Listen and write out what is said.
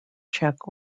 czech